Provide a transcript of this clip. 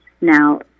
now